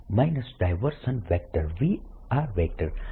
તેથી આ એક સામાન્ય સ્ટ્રેટેજી છે